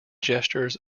gestures